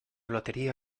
lotería